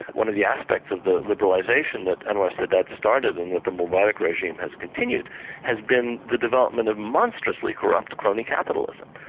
one of the aspects of the liberalisation that anwar sadat started and that the mubarak regime has continued has been the development of monstrously corrupt crony capitalism.